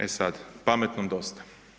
E sad pametnom dosta.